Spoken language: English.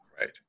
right